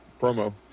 promo